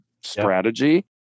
strategy